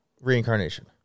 reincarnation